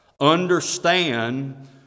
understand